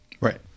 right